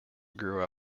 grew